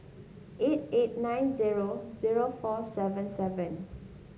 eight eight nine zero zero four seven seven